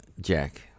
Jack